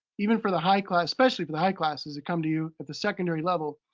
even for the high class, especially for the high classes that come to you at the secondary level.